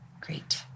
Great